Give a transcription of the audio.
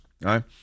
right